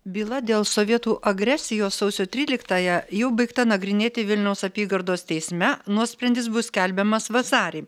byla dėl sovietų agresijos sausio tryliktąją jau baigta nagrinėti vilniaus apygardos teisme nuosprendis bus skelbiamas vasarį